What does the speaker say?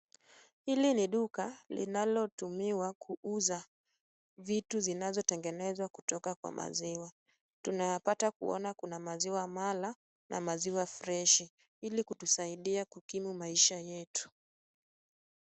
Hili ni duka linalotumiwa kuuza vitu zinazotengenezwa kutoka kwa maziwa. Tunapata kuona kuna maziwa mala na maziwa freshi ili kutusaidia kukimu maisha yetu.